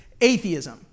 atheism